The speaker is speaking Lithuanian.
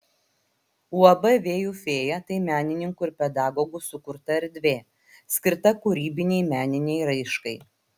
uab vėjų fėja tai menininkų ir pedagogų sukurta erdvė skirta kūrybinei meninei raiškai